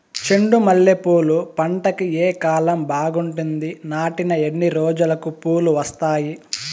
చెండు మల్లె పూలు పంట కి ఏ కాలం బాగుంటుంది నాటిన ఎన్ని రోజులకు పూలు వస్తాయి